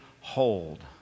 hold